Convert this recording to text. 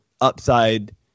upside